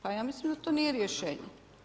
Pa ja mislim da to nije rješenje.